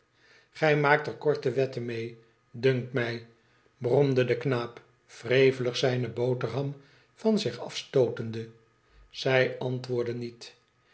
gij maakt er korte wetten mee dunkt mij bromde de knaap wrevelig zijne boterham van zich afstootende zij antwoordde niet